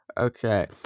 Okay